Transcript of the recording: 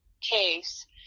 case